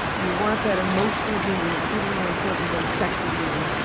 you want that emotional union. it's even more important than sexual union.